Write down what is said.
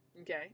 okay